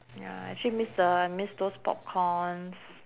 ya actually miss the I miss those popcorns